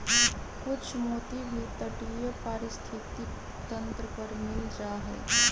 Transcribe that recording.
कुछ मोती भी तटीय पारिस्थितिक तंत्र पर मिल जा हई